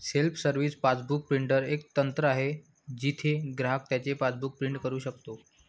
self service passbook printer एक यंत्र आहे जिथे ग्राहक त्याचे पासबुक प्रिंट करू शकतो